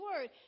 word